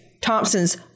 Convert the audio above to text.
Thompson's